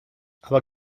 aber